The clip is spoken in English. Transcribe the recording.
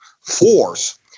force